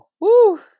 Woo